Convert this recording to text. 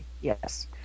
yes